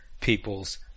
People's